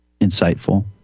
insightful